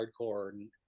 hardcore